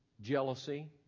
jealousy